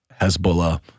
Hezbollah